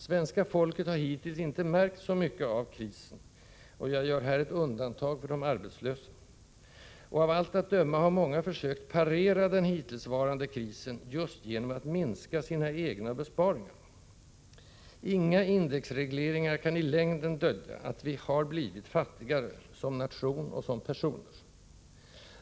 Svenska folket har hittills inte märkt så mycket av krisen — jag gör här naturligtvis ett undantag för de arbetslösa. Av allt att döma har många försökt parera den hittillsvarande krisen just genom att minska sina egna besparingar. Inga indexregleringar kan i längden dölja att vi har blivit fattigare, som nation och som personer.